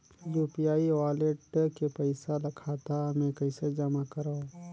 UPI wallet के पईसा ल खाता मे कइसे जमा करव?